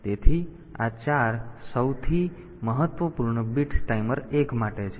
તેથી આ 4 સૌથી મહત્વપૂર્ણ બિટ્સ ટાઈમર 1 માટે છે